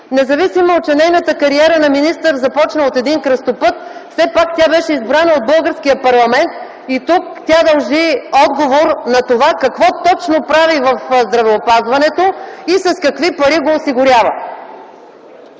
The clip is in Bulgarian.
независимо че нейната кариера на министър започна от един кръстопът. Все пак тя беше избрана от българския парламент и тук тя дължи отговор на това какво точно прави в здравеопазването и с какви пари го осигурява.